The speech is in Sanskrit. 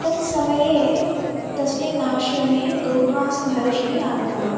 तत्समये तस्मिन् आश्रमे दूर्वासमहर्षिः आगतवान्